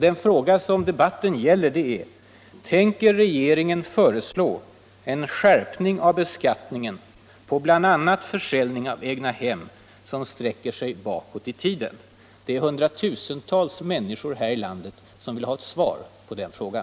Den fråga som debatten gäller är: Tänker regeringen föreslå en skärpning av beskattningen på bl.a. försäljning av egnahem, som sträcker sig bakåt i tiden? Det är hundratusentals människor här i landet som vill ha svar på den frågan.